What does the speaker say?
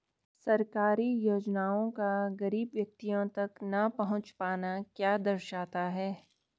सरकारी योजनाओं का गरीब व्यक्तियों तक न पहुँच पाना क्या दर्शाता है?